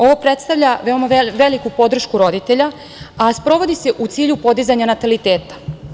Ovo predstavlja veoma veliku podršku roditeljima, a sprovodi se u cilju podizanja nataliteta.